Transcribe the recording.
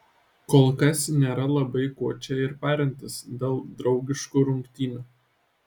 kolkas nėra labai ko čia ir parintis dėl draugiškų rungtynių